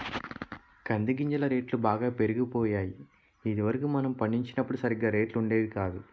కంది గింజల రేట్లు బాగా పెరిగిపోయాయి ఇది వరకు మనం పండించినప్పుడు సరిగా రేట్లు ఉండేవి కాదు